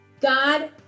God